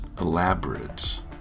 elaborate